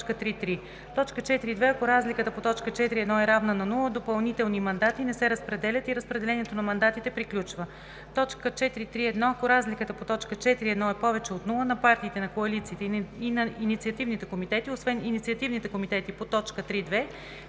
3.3. 4.2. Ако разликата по т. 4.1 е равна на нула, допълнителни мандати не се разпределят и разпределението на мандатите приключва. 4.3.1. Ако разликата по т. 4.1 е повече от нула, на партиите, на коалициите и на инициативните комитети, освен инициативните комитети по т. 3.2,